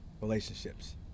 relationships